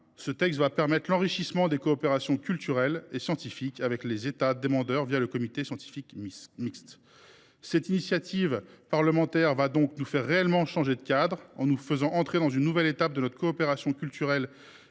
de loi va permettre l’enrichissement des coopérations culturelles et scientifiques avec les États demandeurs, le comité scientifique mixte. Cette initiative parlementaire va donc nous faire réellement changer de cadre, en nous faisant entrer dans une nouvelle étape de notre coopération culturelle,